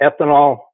ethanol